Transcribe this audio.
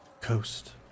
coast